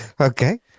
Okay